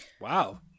Wow